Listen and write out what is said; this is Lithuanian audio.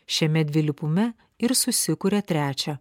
šiame dvilypume ir susikuria trečia